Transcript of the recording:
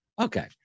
Okay